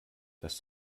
dass